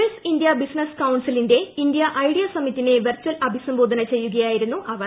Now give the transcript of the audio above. S India business കൌൺസിലിന്റെ India idea സമ്മിറ്റിനെ virtual അഭിസംബോധന ചെയ്യുകയായിരുന്നു അവർ